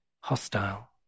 hostile